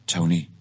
Tony